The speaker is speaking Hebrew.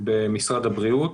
במשרד הבריאות,